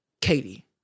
Katie